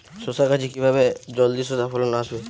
শশা গাছে কিভাবে জলদি শশা ফলন আসবে?